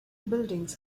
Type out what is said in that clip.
buildings